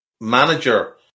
manager